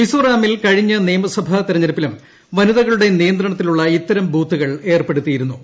മിസ്സോറാ മിൽ കഴിഞ്ഞ നിയമസഭാ തെരഞ്ഞെടുപ്പിലും വനിതകളുടെ നിയ ന്ത്രണത്തിലുള്ള ഇത്തരം ബൂത്തുകൾ ഏർപ്പെടുത്തിയിരിന്നു